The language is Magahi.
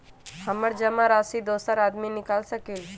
हमरा जमा राशि दोसर आदमी निकाल सकील?